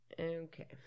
Okay